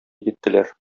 киттеләр